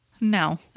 no